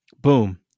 Boom